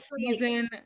season